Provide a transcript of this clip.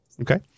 Okay